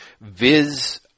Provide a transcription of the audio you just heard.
Viz